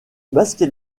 basket